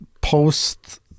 post